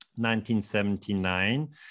1979